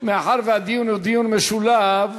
מאחר שהדיון הוא דיון משולב,